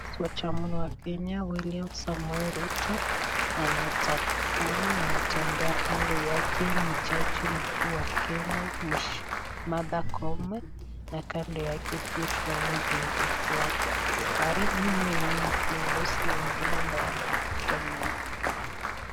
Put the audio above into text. Rais wa Kenya William Samuel Ruto anatabasamu anatembea kando yake ni jaji mkuu wa Kenya Martha Koome na kando yake pia tunaona ni mlinzi wake askari nyuma yao ni viongozi wengine ambao wanafuata nyuma.